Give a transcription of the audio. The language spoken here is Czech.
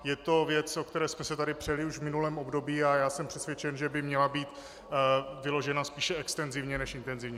Je to věc, o které jsme se tady přeli už v minulém období, a já jsem přesvědčen, že by měla být vyložena spíše extenzivně než intenzivně.